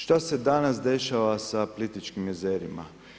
Što se danas dešava sa Plitvičkim jezerima?